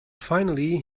finally